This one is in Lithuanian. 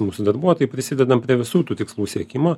mūsų darbuotojai prisidedam prie visų tų tikslų siekimo